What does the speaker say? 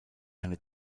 eine